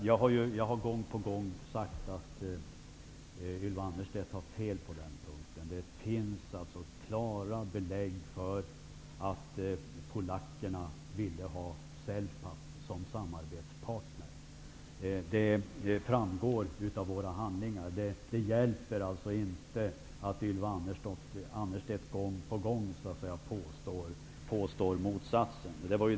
Herr talman! Jag har gång på gång sagt att Ylva Annerstedt har fel på den punkten. Det finns klara belägg för att polackerna ville ha NLK-Celpapp som samarbetspartner. Det framgår av våra handlingar. Det hjälper inte att Ylva Annerstedt gång på gång påstår motsatsen.